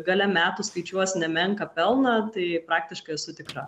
gale metų skaičiuos nemenką pelną tai praktiškai esu tikra